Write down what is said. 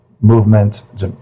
Movement